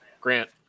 Grant